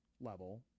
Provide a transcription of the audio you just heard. level